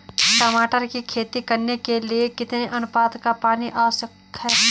टमाटर की खेती करने के लिए कितने अनुपात का पानी आवश्यक है?